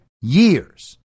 years